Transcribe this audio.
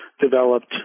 developed